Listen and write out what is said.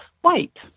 white